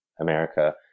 America—